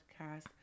podcast